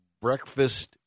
breakfast